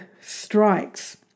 strikes